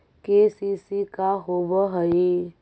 KCC का होव हइ?